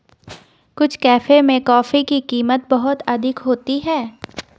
कुछ कैफे में कॉफी की कीमत बहुत अधिक होती है